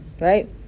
Right